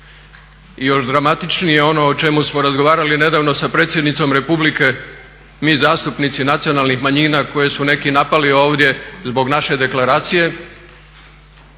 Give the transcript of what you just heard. i još dramatičnije ono o čemu smo razgovarali nedavno sa predsjednicom Republike, mi zastupnici nacionalnih manjina koji su neki napali ovdje zbog naše deklaracije